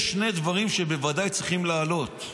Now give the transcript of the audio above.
יש שני דברים שבוודאי צריכים לעלות,